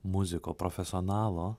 muziko profesionalo